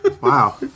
Wow